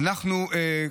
אדוני היושב-ראש,